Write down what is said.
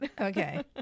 okay